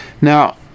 Now